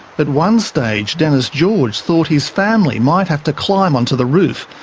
but one stage denis george thought his family might have to climb onto the roof,